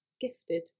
gifted